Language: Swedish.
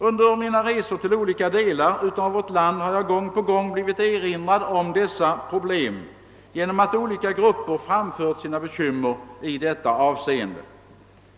Under mina resor till olika delar av vårt land har jag gång på gång blivit erinrad om dessa problem genom att olika grupper framfört sina bekymmer i detta avseende.